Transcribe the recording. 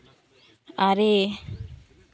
ᱟᱨᱮ